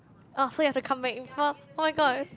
oh so you have to come back for oh-my-god